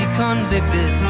convicted